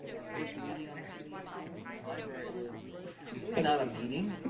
our first meeting on the cdm pool in the library was really not a meeting,